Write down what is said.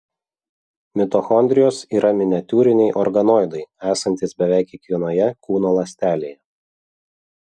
mitochondrijos yra miniatiūriniai organoidai esantys beveik kiekvienoje kūno ląstelėje